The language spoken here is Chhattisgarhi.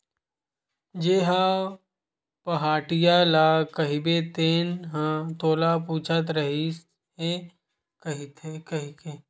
तेंहा पहाटिया ल कहिबे चेतन ह तोला पूछत रहिस हे कहिके